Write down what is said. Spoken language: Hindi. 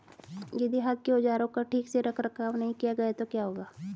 यदि हाथ के औजारों का ठीक से रखरखाव नहीं किया गया तो क्या होगा?